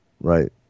right